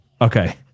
okay